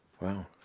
wow